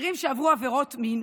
אסירים שעברו עבירות מין,